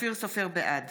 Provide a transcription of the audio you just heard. בעד